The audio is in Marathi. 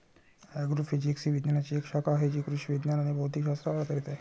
ॲग्रोफिजिक्स ही विज्ञानाची एक शाखा आहे जी कृषी विज्ञान आणि भौतिक शास्त्रावर आधारित आहे